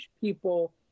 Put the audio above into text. people